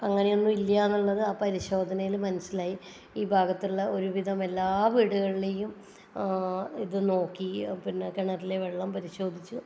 അങ്ങനെയൊന്നും ഇല്ലാന്നുള്ളത് ആ പരിശോധനയിൽ മനസ്സിലായി ഈ ഭാഗത്തുള്ള ഒരു വിധം എല്ലാ വീടുകളിലെയും ഇത് നോക്കി പിന്നെ കിണറ്റിലെ വെള്ളം പരിശോധിച്ചു